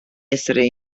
essere